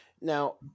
Now